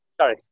sorry